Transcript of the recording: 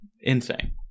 insane